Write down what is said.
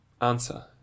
Answer